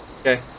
Okay